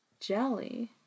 Jelly